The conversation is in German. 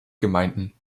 gemeinden